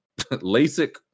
LASIK